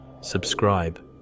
subscribe